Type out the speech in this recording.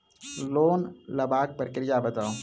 Loan लेबाक प्रक्रिया बताऊ?